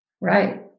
Right